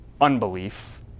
unbelief